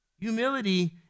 Humility